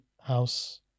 house